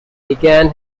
began